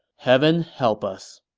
heaven help us.